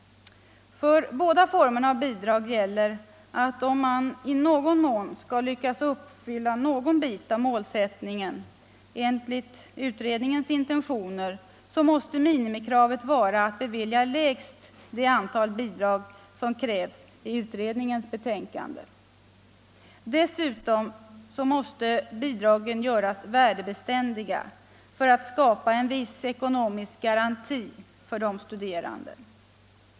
För båda formerna av bidrag gäller att om man i någon mån skall lyckas förverkliga en bit av målsättningen enligt utredningens intentioner, måste minimikravet vara att bevilja lägst det antal bidrag som krävs i utredningens betänkande. Dessutom måste bidragen göras värdebeständiga för att skapa en viss ekonomisk garanti för de studerande.